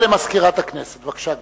רבותי וגבירותי,